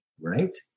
Right